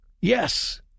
Yes